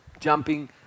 jumping